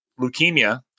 leukemia